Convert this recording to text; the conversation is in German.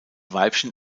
weibchen